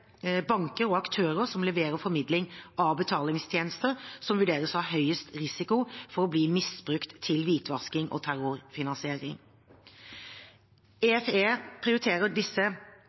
banker og aktører som leverer formidling av betalingstjenester, som vurderes å ha høyest risiko for å bli misbrukt til hvitvasking og terrorfinansiering. EFE prioriterer derfor å bruke MT-rapportene fra disse